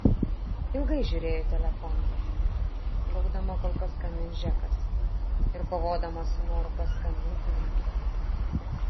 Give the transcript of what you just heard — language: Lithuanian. ilgai žiūrėjo į telefoną laukdama kol paskambins džekas ir kovodama su noru paskambinti jam